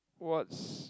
what's